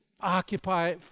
occupy